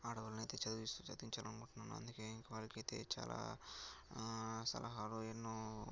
ఆడవాళ్ళనైతే చదివిస్తు చదివించాలనుకుంటున్నాను అందుకే ఇంక వాళ్ళకయితే చాలా సలహాలు ఎన్నో